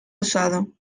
usado